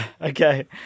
Okay